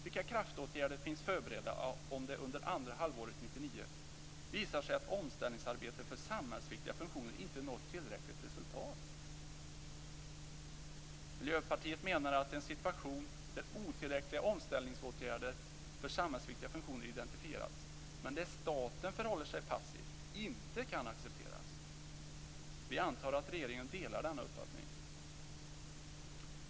Vilka kraftåtgärder finns förberedda om det under andra halvåret 1999 visar sig att omställningsarbetet för samhällsviktiga funktioner inte nått tillräckligt resultat? Miljöpartiet menar att en situation där otillräckliga omställningsåtgärder för samhällsviktiga funktioner identifierats men där staten förhåller sig passiv inte kan accepteras. Vi antar att regeringen delar denna uppfattning.